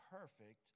perfect